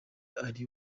ari